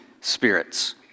spirits